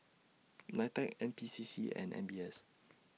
NITEC N P C C and M B S